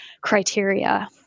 criteria